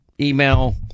email